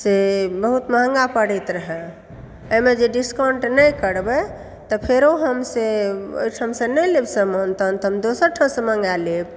से बहुत महंगा पड़ैत रहऽ एहिमे जे डिस्काउंट नहि करबै तऽ फेरो हम से एहिठामसँ नहि लेब समान तहन तऽ हम दोसर ठामसँ मँगा लेब